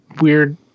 weird